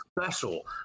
special